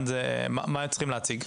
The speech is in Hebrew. מה הם צריכים להציג?